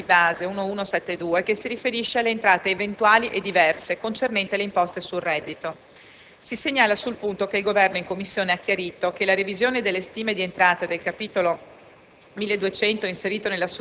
Si tratta dell'unità previsionale di base 1.1.7.2, che si riferisce alle entrate eventuali e diverse concernenti le imposte sul reddito. Si segnala sul punto che il Governo in Commissione ha chiarito che la revisione delle stime di entrata del capitolo